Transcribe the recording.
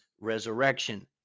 resurrection